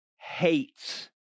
hates